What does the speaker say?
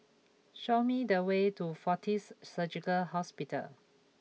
show me the way to Fortis Surgical Hospital